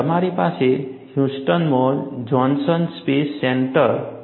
તમારી પાસે હ્યુસ્ટનમાં જહોનસન સ્પેસ સેન્ટર છે